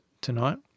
tonight